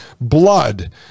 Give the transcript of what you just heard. blood